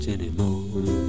Anymore